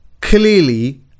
clearly